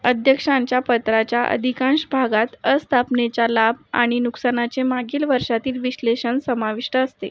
अध्यक्षांच्या पत्राच्या अधिकांश भागात आस्थापनेच्या लाभ आणि नुकसानाचे मागील वर्षातील विश्लेषण समाविष्ट असते